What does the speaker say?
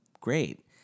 great